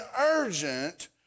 urgent